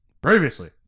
Previously